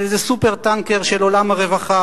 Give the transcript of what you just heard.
על איזה "סופר-טנקר" של עולם הרווחה,